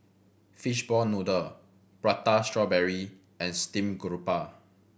fish ball noodle Prata Strawberry and steamed garoupa